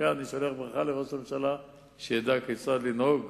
מכאן אני שולח ברכה לראש הממשלה שידע כיצד לנהוג